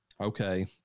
Okay